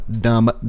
Dumb